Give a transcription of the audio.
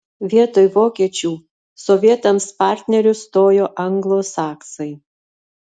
vietoj vokiečių sovietams partneriu stojo anglosaksai